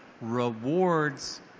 rewards